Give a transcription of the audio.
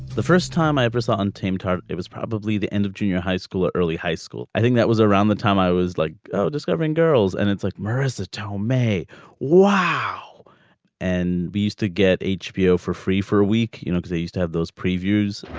the first time i ever saw untamed heart it was probably the end of junior high school or early high school. i think that was around the time i was like discovering girls and it's like marissa tao may wow and we used to get hbo for free for a week. you know they used to have those previews.